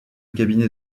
cabinet